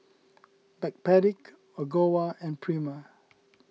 Backpedic Ogawa and Prima